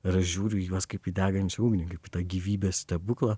ir aš žiūriu į juos kaip į degančią ugnį kaip į tą gyvybės stebuklą